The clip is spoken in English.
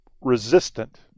resistant